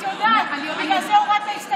את יודעת, בגלל זה הורדת את ההסתייגויות.